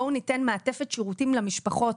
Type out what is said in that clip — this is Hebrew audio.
בואו ניתן מעטפת שירותים למשפחות,